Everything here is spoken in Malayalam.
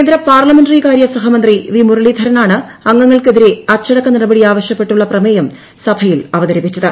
കേന്ദ്ര പാർലമെന്ററികാര്യ സഹമന്ത്രി വി മുരളീധരനാണ് അംഗങ്ങൾക്കെതിരെ അച്ചടക്ക നടപടി ആവശ്യപ്പെട്ടുള്ള പ്രമേയം സഭയിൽ അവതരിപ്പിച്ചത്